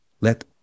Let